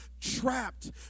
Trapped